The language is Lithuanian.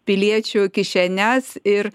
piliečių kišenes ir